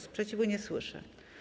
Sprzeciwu nie słyszę.